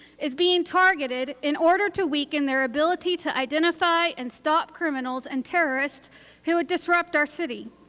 is being targeted in order to weaken their ability to identify and stop criminals and terrorists who would disrupt our city.